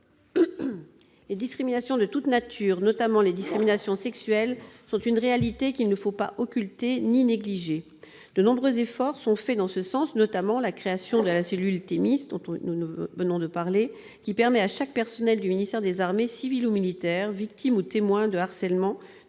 Les discriminations de toute nature, notamment les discriminations sexuelles, sont une réalité qu'il ne faut pas occulter ni négliger. De nombreux efforts sont réalisés dans ce sens, notamment la création de la cellule Thémis, qui permet à chaque personnel du ministère des armées, civil ou militaire, victime ou témoin de harcèlements,